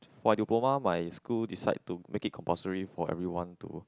for my diploma my school decide to make it compulsory for everyone to